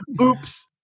Oops